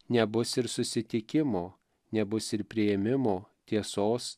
nebus ir susitikimo nebus ir priėmimo tiesos